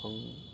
दंफां